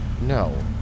No